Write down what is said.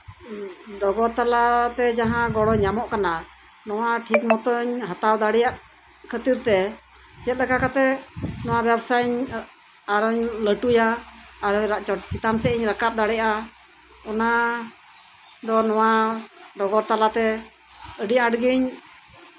ᱰᱚᱜᱚᱨ ᱛᱟᱞᱟᱛᱮ ᱡᱟᱦᱟᱸ ᱜᱚᱲᱚ ᱧᱟᱢᱚᱜ ᱠᱟᱱᱟ ᱱᱚᱣᱟ ᱴᱷᱤᱠ ᱢᱚᱛᱚᱧ ᱦᱟᱛᱟᱣ ᱫᱟᱲᱮᱭᱟᱜ ᱠᱟᱱᱟ ᱪᱮᱫ ᱞᱮᱠᱟ ᱠᱟᱛᱮᱜ ᱱᱚᱣᱟ ᱵᱮᱵᱥᱟ ᱟᱨᱚᱧ ᱞᱟᱹᱴᱩᱭᱟ ᱟᱨᱚ ᱪᱮᱛᱟᱱ ᱥᱮᱫ ᱤᱧ ᱨᱟᱠᱟᱵᱽ ᱫᱟᱲᱮᱭᱟᱜᱼᱟ ᱚᱱᱟ ᱫᱚ ᱱᱚᱣᱟ ᱰᱚᱜᱚᱨ ᱛᱟᱞᱟᱛᱮ ᱟᱹᱰᱤ ᱟᱸᱴᱜᱤᱧ